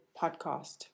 podcast